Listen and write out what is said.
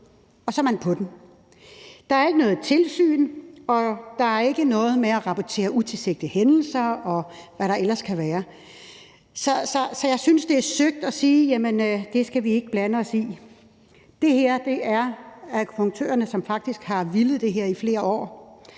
og så er man på den. Der er ikke noget tilsyn, og der er ikke noget med at rapportere utilsigtede hændelser, og hvad der ellers kan være. Så jeg synes, det er søgt at sige, at det skal vi ikke blande os i. Det her er noget, akupunktørerne faktisk har villet i flere år,